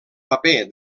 paper